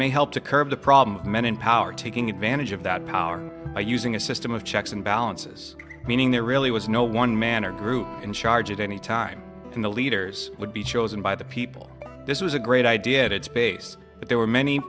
may help to curb the problem of men in power taking advantage of that power by using a system of checks and balances meaning there really was no one man or group in charge at any time in the leaders would be chosen by the people this was a great idea at its base but there were many